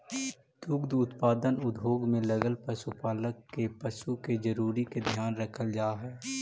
दुग्ध उत्पादन उद्योग में लगल पशुपालक के पशु के जरूरी के ध्यान रखल जा हई